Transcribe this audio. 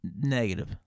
Negative